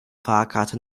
fahrkarte